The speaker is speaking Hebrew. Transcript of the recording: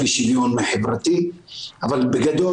אבל בגדול,